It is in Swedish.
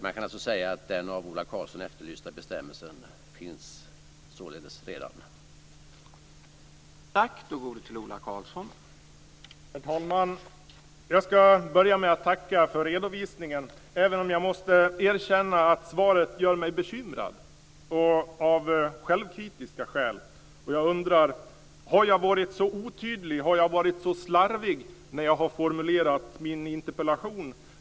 Man kan alltså säga att den av Ola Karlsson efterlysta bestämmelsen således redan finns.